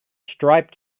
striped